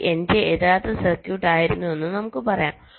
ഇത് എന്റെ യഥാർത്ഥ സർക്യൂട്ട് ആയിരുന്നുവെന്ന് നമുക്ക് പറയാം